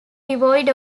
devoid